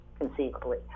conceivably